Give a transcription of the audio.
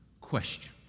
question